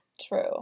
True